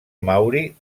mauri